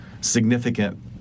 significant